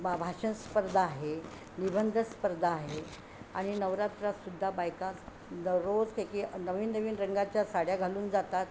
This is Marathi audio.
बा भाषण स्पर्धा आहे निबंध स्पर्धा आहे आणि नवरात्रातसुद्धा बायका दररोज एक नवीन नवीन रंगाच्या साड्या घालून जातात